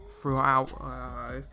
throughout